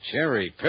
Jerry